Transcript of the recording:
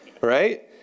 right